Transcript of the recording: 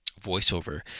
voiceover